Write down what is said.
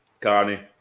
Carney